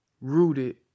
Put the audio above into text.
rooted